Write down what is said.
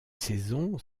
saisons